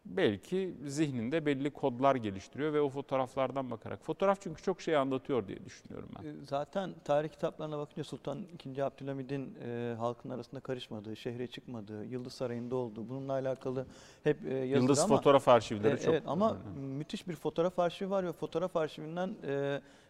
belki zihninde belli kodlar geliştiriyor ve o fotoğraflardan bakarak- fotoğraf çünkü çok şey anlatıyor diye düşünüyorum ben. Eee, zaten tarih kitaplarına bakınca Sultan II. Abdülhamid'in, eee, halkın arasında karışmadığı, şehre çıkmadığı, Yıldız Sarayı'nda olduğu, bununla alakalı hep, eee, yazılı Yıldız ama- fotoğraf arşivleri E, çok- evet ama Hı hı. müthiş bir fotoğraf arşivi var ve fotoğraf arşivinden, eee,